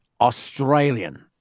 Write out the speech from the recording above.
Australian